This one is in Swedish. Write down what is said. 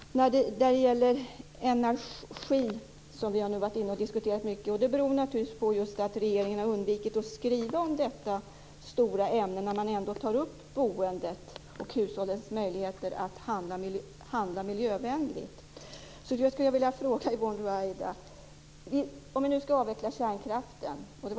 Att vi nu har diskuterat energin så mycket beror naturligtvis på att regeringen har undvikit att skriva om detta stora ämne när man tar upp boendet och hushållens möjligheter att handla miljövänligt. Jag skulle vilja ställa samma fråga till Yvonne Ruwaida som jag ställde till Rigmor Ahlstedt.